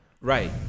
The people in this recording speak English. Right